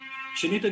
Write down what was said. שנית,